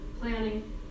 planning